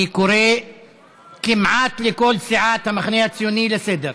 אני קורא כמעט לכל סיעת המחנה הציוני לסדר.